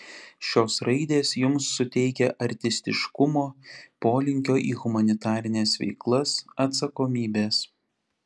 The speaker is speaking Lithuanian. šios raidės jums suteikia artistiškumo polinkio į humanitarines veiklas atsakomybės